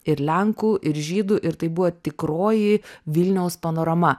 ir lenkų ir žydų ir tai buvo tikroji vilniaus panorama